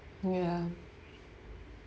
ya